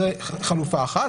זאת חלופה אחת.